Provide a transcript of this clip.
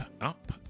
up